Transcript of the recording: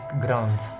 grounds